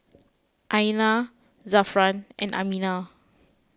Aina Zafran and Aminah